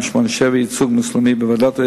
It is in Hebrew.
שידוע, כמה פגים שנקבע להם מוות בבתי-חולים,